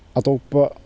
ꯑꯇꯣꯞꯄ